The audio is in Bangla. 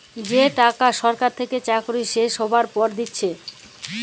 যে টাকা সরকার থেকে চাকরি শেষ হ্যবার পর দিচ্ছে